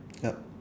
yup